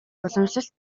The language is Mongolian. уламжлалт